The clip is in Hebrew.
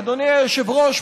אדוני היושב-ראש,